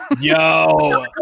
Yo